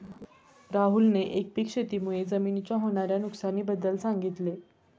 राहुलने एकपीक शेती मुळे जमिनीच्या होणार्या नुकसानी बद्दल सांगितले